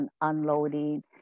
unloading